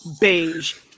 Beige